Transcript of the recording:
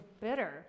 bitter